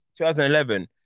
2011